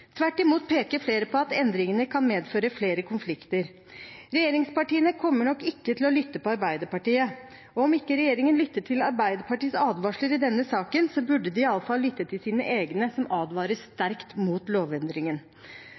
Tvert imot peker flere på at endringene kan medføre flere konflikter. Regjeringspartiene kommer nok ikke til å lytte til Arbeiderpartiet, og om ikke regjeringen lytter til Arbeiderpartiets advarsler i denne saken, burde de iallfall lytte til sine egne som advarer sterkt mot lovendringen.